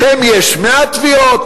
לכם יש 100 תביעות,